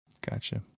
Gotcha